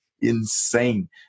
insane